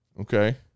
Okay